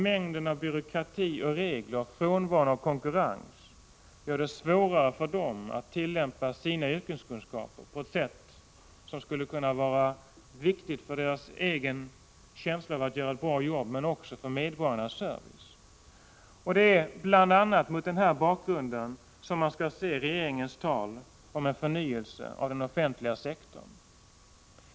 Mängden av byråkrati och regler och frånvaron av konkurrens gör det svårare för dem att tillämpa sin yrkeskunskap på ett sätt som skulle kunna vara viktigt för deras egen känsla av att göra ett bra jobb men också för medborgarnas service. Det är bl.a. mot den bakgrunden man skall se regeringens tal om förnyelse av den offentliga sektorn.